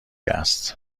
است